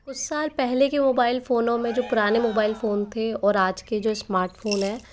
कुछ साल पहले के मोबाइल फ़ोनों में जो पुराने मोबाइल फ़ोन थे और आज के जो स्मार्ट फ़ोन हैं